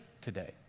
today